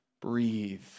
breathe